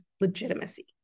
legitimacy